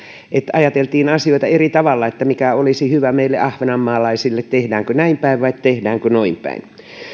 ajateltiin asioita eri tavalla että mikä olisi hyvä meille ahvenanmaalaisille tehdäänkö näin päin vai tehdäänkö noin päin